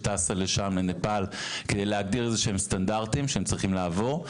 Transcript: שבעצם טסה לנפאל כדי להגדיר איזה שהם סטנדרטים שהם צריכים לעבור.